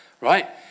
Right